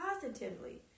positively